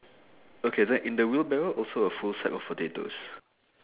okay then in the wheelbarrow also a full sack of potatoes